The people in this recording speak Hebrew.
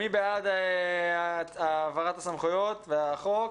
מי בעד העברת הסמכויות והחוק?